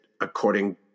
according